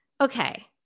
okay